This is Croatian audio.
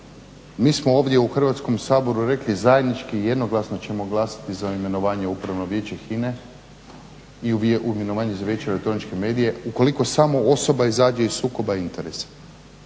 mi smo ovdje u Hrvatskom saboru rekli, zajednički i jednoglasno ćemo glasati za imenovanje upravno vijeće HINA-e i imenovanje u Vijeće elektroničke medije ukoliko samo osoba izađe iz sukoba interesa.